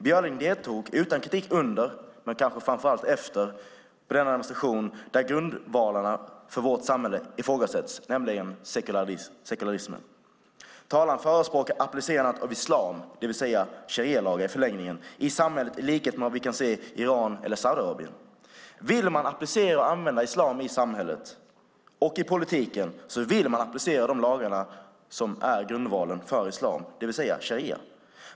Björling deltog utan kritik under, och kanske framför allt efter, denna demonstration där grundvalarna för vårt samhälle ifrågasätts, nämligen sekularismen. Talaren förespråkar applicerandet av islam i samhället, det vill säga i förlängningen sharialagar, i likhet med vad vi kan se i Iran och Saudiarabien. Vill man applicera och använda islam i samhället och i politiken så vill man applicera de lagar som är grundvalen för islam, alltså sharia.